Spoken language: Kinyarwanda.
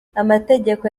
amategeko